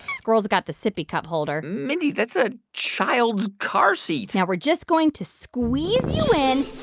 squirrels got the sippy cup holder mindy, that's a child's car seat now we're just going to squeeze you in.